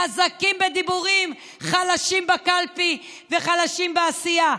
חזקים בדיבורים, חלשים בקלפי וחלשים בעשייה.